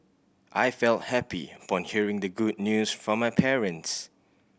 I felt happy upon hearing the good news from my parents